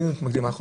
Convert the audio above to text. ואנחנו